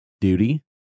duty